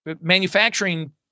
manufacturing